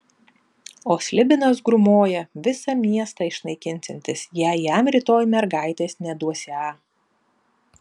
o slibinas grūmoja visą miestą išnaikinsiantis jei jam rytoj mergaitės neduosią